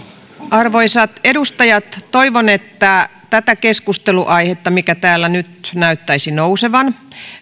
arvoisat edustajat toivon että tätä keskustelunaihetta mikä täällä nyt näyttäisi nousevan